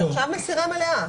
זה נחשב מסירה מלאה.